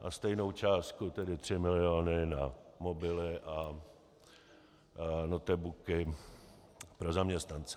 A stejnou částku, tedy tři miliony, na mobily a notebooky pro zaměstnance.